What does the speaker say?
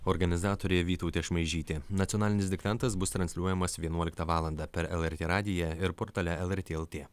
organizatorė vytautė šmaižytė nacionalinis diktantas bus transliuojamas vienuoliktą valandą per lrt radiją ir portale lrt lt